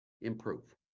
improve